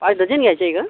पाच डजन घ्यायच्या आहेत का